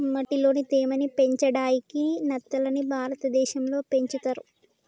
మట్టిలోని తేమ ని పెంచడాయికి నత్తలని భారతదేశం లో పెంచుతర్